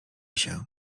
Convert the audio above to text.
się